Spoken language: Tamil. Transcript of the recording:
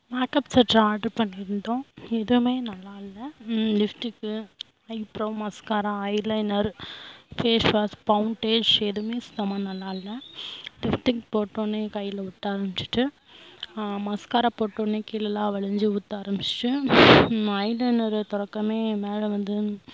மேக்கப் செட் ஆர்டர் பண்ணியிருந்தோம் எதுவுமே நல்லா இல்லை lipstick eyebrow mascara eye liner face wash foundation எதுவுமே சுத்தமாக நல்லா இல்லை லிப்ஸ்டிக் போட்டவுடனே கையில் ஒட்ட ஆரம்பிச்சுட்டு ஆமாம் மஸ்க்காரா போட்டவுடனே கீழே எல்லாம் வழிஞ்சி ஊற்ற ஆரம்பிச்சுச்சு ஐ லைனரு திறக்கமே மேலே வந்து